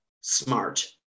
smart